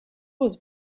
was